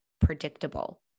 predictable